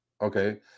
Okay